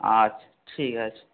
আচ্ছা ঠিক আছে